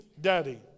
daddy